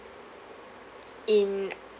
in